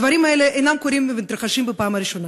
הדברים האלה אינם קורים ומתרחשים בפעם הראשונה,